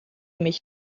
mich